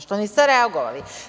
Što niste reagovali?